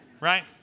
right